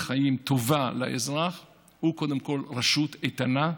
חיים טובה לאזרח הוא קודם כול רשות איתנה,